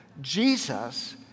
Jesus